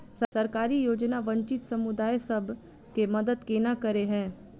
सरकारी योजना वंचित समुदाय सब केँ मदद केना करे है?